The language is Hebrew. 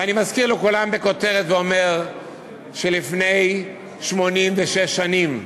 ואני מזכיר לכולם בכותרת ואומר שפני 86 שנים,